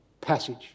passage